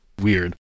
weird